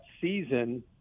season